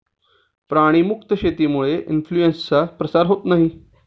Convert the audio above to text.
प्राणी मुक्त शेतीमुळे इन्फ्लूएन्झाचा प्रसार होत नाही